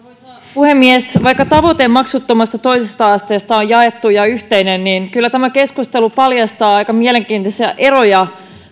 puhemies vaikka tavoite maksuttomasta toisesta asteesta on jaettu ja yhteinen niin kyllä tämä keskustelu paljastaa aika mielenkiintoisia eroja